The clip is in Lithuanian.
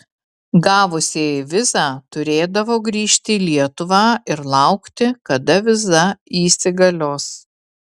gavusieji vizą turėdavo grįžti į lietuvą ir laukti kada viza įsigalios